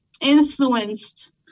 influenced